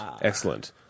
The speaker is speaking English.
Excellent